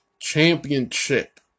Championship